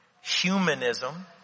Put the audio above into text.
Humanism